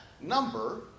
number